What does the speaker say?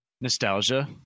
nostalgia